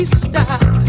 stop